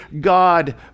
God